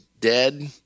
dead